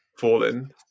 fallen